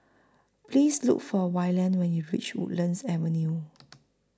Please Look For Wayland when YOU REACH Woodlands Avenue